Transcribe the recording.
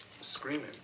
Screaming